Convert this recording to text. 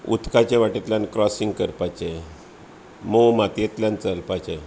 उदकाचे वांटेतल्यान क्रॉसींग करपाचें मोव मातयेंतल्यान चलपाचें